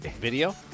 video